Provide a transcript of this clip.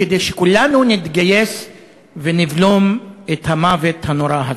כדי שכולנו נתגייס ונבלום את המוות הנורא הזה.